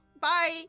Bye